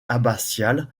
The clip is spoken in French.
abbatiale